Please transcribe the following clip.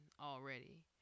already